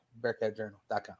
BearcatJournal.com